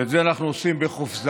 ואת זה אנחנו עושים בחופזה,